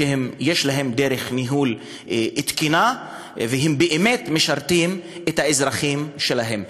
שיש להם דרך ניהול תקינה והם באמת משרתים את האזרחים שלהם.